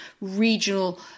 regional